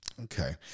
okay